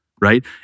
right